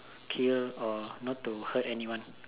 kill or not to hurt anyone